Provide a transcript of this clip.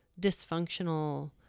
dysfunctional